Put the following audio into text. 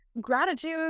gratitude